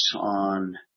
on